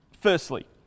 firstly